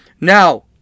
Now